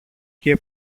και